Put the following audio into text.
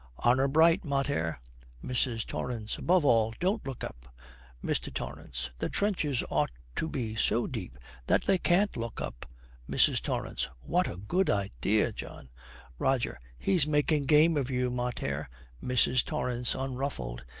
honour bright, mater mrs. torrance. above all, don't look up mr. torrance. the trenches ought to be so deep that they can't look up mrs. torrance. what a good idea, john roger. he's making game of you, mater mrs. torrance, unruffled,